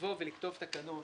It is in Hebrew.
לכתוב תקנות